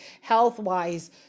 health-wise